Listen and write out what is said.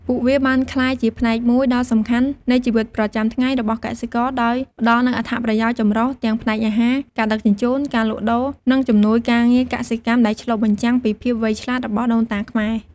ពួកវាបានក្លាយជាផ្នែកមួយដ៏សំខាន់នៃជីវិតប្រចាំថ្ងៃរបស់កសិករ ដោយផ្ដល់នូវអត្ថប្រយោជន៍ចម្រុះទាំងផ្នែកអាហារ ការដឹកជញ្ជូន ការលក់ដូរ និងជំនួយការងារកសិកម្មដែលឆ្លុះបញ្ចាំងពីភាពវៃឆ្លាតរបស់ដូនតាខ្មែរ។